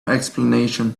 explanation